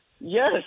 Yes